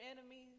enemies